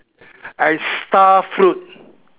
and starfruit